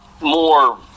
more